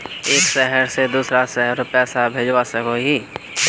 एक शहर से दूसरा शहर पैसा भेजवा सकोहो ही?